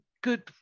good